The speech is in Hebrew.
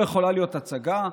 בגלל זה היא לא יכולה להיות הצגה.